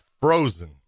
frozen